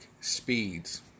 speeds